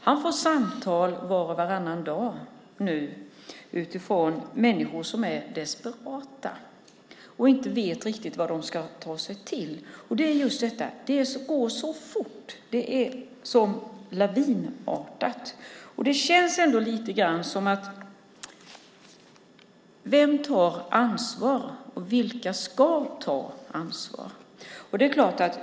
Han får samtal var och varannan dag från människor som är desperata. De vet inte riktigt vad de ska ta sig till. Det är just att det går så lavinartat fort. Vem tar ansvar? Vilka ska ta ansvar?